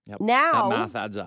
Now